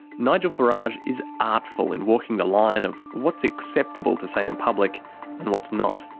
nigel farage is artful in walking the line of what's acceptable to say in public and what's not.